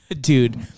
Dude